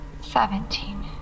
seventeen